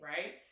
Right